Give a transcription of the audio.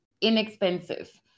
inexpensive